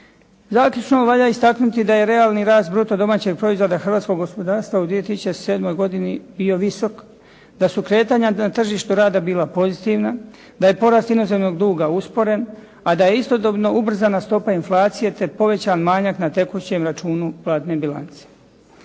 Zaključno valja istaknuti da je realni rast bruto domaćeg proizvoda hrvatskog gospodarstva u 2007. godini bio visok, da su kretanja na tržištu rada bila pozitivna, da je porast državnog duga usporen, a da je istodobno ubrzana stopa inflacije, te povećan manjak na tekućem računu platne bilance.